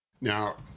Now